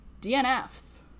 DNFs